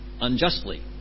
unjustly